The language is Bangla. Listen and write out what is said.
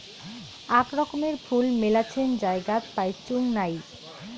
আক রকমের ফুল মেলাছেন জায়গাত পাইচুঙ নাই